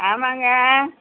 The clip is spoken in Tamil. ஆமாங்க